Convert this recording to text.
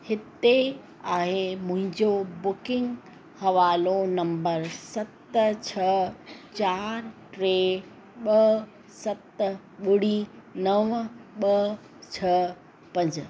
हिते आहे मुंहिंजो बुकिंग हवालो नम्बर सत छह चारि टे ॿ सत ॿुड़ी नव ॿ छह पंज